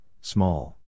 small